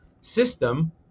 system